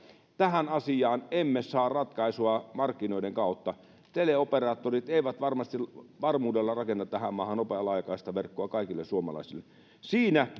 tähän asiaan emme saa ratkaisua markkinoiden kautta teleoperaattorit eivät varmuudella rakenna tähän maahan nopeaa laajakaistaverkkoa kaikille suomalaisille siinä